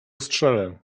strzelę